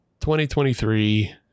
2023